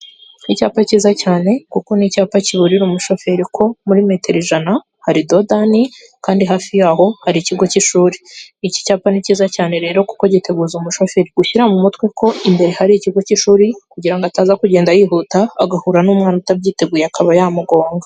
Icyapa cyiza cyane, kuko ni icyapa kiburira umushoferi ko muri metero ijana hari dodani, kandi hafi y'aho hari ikigo cy'ishuri. Iki cyapa ni cyiza cyane rero kuko giteguza umushoferi gushyira mu mutwe ko imbere hari ikigo cy'ishuri, kugira ngo ataza kugenda yihuta agahura n'umwana utabyiteguye akaba yamugonga.